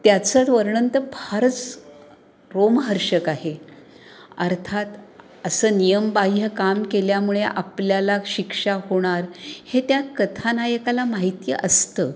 त्याचं वर्णन तर फारच रोमहर्षक आहे अर्थात असं नियमबाह्य काम केल्यामुळे आपल्याला शिक्षा होणार हे त्या कथानायकाला माहिती असतं